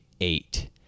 eight